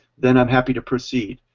then i'm happy to proceed.